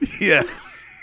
Yes